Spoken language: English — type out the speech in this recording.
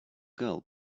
girl